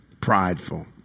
prideful